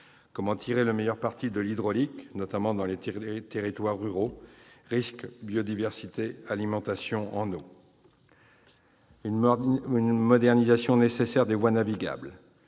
Comment tirer le meilleur parti de l'hydraulique, notamment dans les territoires ruraux- risques, biodiversité, alimentation en eau ? Une modernisation des voies navigables